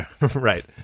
right